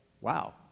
wow